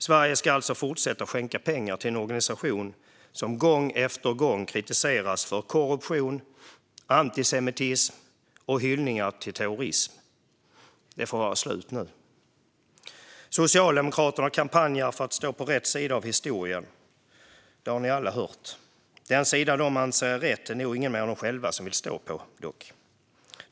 Sverige ska alltså fortsätta skänka pengar till en organisation som gång efter gång kritiserats för korruption, antisemitism och hyllningar av terrorism. Det får vara slut nu. Socialdemokraterna kampanjar för att stå på rätt sida av historien. Det har ni alla hört. Men den sida de anser är rätt är det nog ingen mer än de själva som vill stå på.